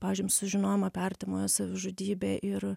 pavyzdžiui sužinojom apie artimojo savižudybę ir